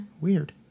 Weird